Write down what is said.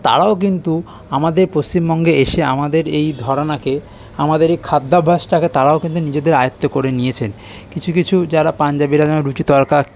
তারাও কিন্তু আমাদের পশ্চিমবঙ্গে এসে আমাদের এই ঘরানাকে আমাদের এই খাদ্যাভাসটাকে তারাও কিন্তু নিজেদের আয়ত্তে করে নিয়েছেন কিছু কিছু যারা পাঞ্জাবিরা যেমন রুটি তরকা